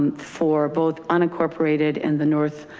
for both unincorporated and the north.